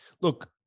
look